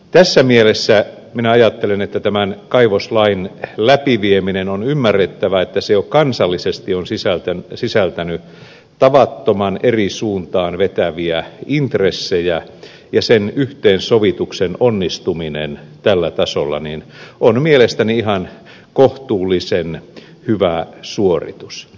tässä mielessä minä ajattelen että tämän kaivoslain läpi viemisessä on ymmärrettävää että se on jo kansallisesti sisältänyt tavattoman eri suuntiin vetäviä intressejä ja niiden yhteensovituksen onnistuminen tällä tasolla on mielestäni ihan kohtuullisen hyvä suoritus